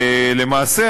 למעשה,